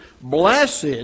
Blessed